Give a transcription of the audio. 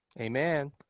Amen